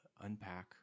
unpack